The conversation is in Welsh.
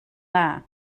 dda